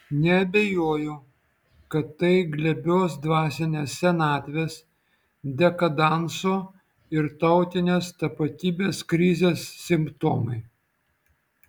neabejoju kad tai glebios dvasinės senatvės dekadanso ir tautinės tapatybės krizės simptomai